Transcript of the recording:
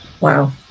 Wow